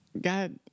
God